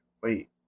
wait